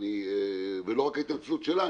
ולא רק ההתנצלות שלה,